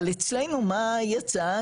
אבל אצלנו מה יצא?